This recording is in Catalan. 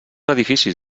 edificis